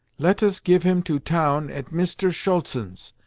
let us give him to town at mister schultzen's,